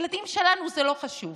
הילדים שלנו זה לא חשוב.